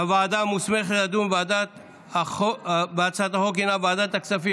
הוועדה המוסמכת לדון בהצעת החוק היא ועדת הכספים.